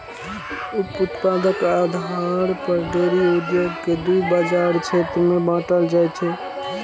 उप उत्पादक आधार पर डेयरी उद्योग कें दू बाजार क्षेत्र मे बांटल जाइ छै